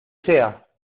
sea